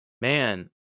man